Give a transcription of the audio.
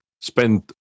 spend